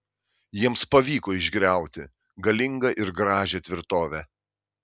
jiems pavyko išgriauti galingą ir gražią tvirtovę